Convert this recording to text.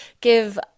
give